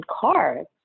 cars